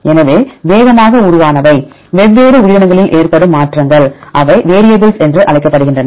எனவே வேகமாக உருவானவை வெவ்வேறு உயிரினங்களில் ஏற்படும் மாற்றங்கள் அவை வேரியபிள்ஸ் என்று அழைக்கப்படுகின்றன